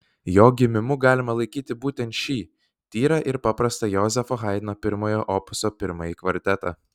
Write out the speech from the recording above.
jo gimimu galima laikyti būtent šį tyrą ir paprastą jozefo haidno pirmojo opuso pirmąjį kvartetą